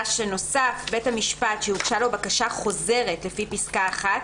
(*)בית המשפט שהוגשה לו בקשה חוזרת לפי פסקה (1)